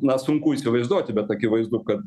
na sunku įsivaizduoti bet akivaizdu kad